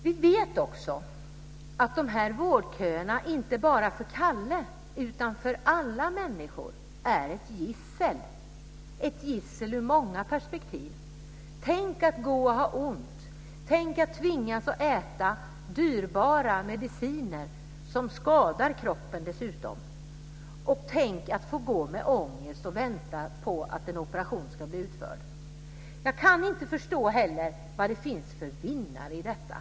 Vi vet också att vårdköerna ur många perspektiv är ett gissel, inte bara för Kalle utan för alla människor. Tänk att gå och ha ont! Tänk att tvingas äta dyrbara mediciner, som dessutom skadar kroppen! Tänk att få gå med ångest och vänta på att en operation ska bli utförd! Jag kan inte heller förstå vilka som är vinnare i detta.